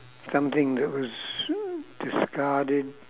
something that was discarded